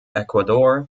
ecuador